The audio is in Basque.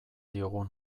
diogun